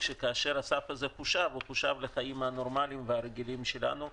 כשהסף הזה חושב הוא חושב לפי החיים הנורמליים והרגילים שלנו.